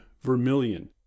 vermilion